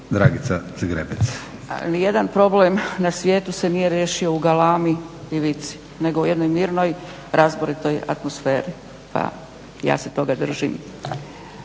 Dragica (SDP)** Ni jedan problem na svijetu se nije riješio u galami i vici nego u jednoj mirnoj, razboritoj atmosferi pa ja se toga držim.